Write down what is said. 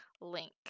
link